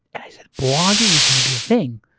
i said blogging is going to be a thing.